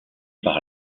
par